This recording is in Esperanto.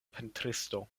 pentristo